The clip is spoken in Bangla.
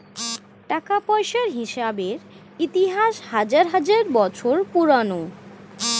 টাকা পয়সার হিসেবের ইতিহাস হাজার হাজার বছর পুরোনো